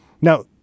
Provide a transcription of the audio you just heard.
Now